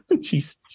Jesus